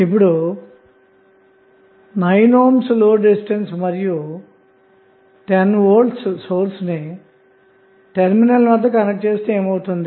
ఇప్పుడు 9 ohm load resistance మరియు 10 V source నిటెర్మినల్ వద్ద కనెక్ట్ చేస్తేఏమవుతుంది